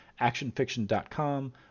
ActionFiction.com